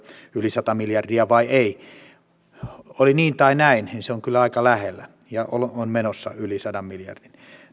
yli sata miljardia vai ei oli niin tai näin se on kyllä aika lähellä ja on menossa yli sadan miljardin